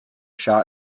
shot